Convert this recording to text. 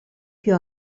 più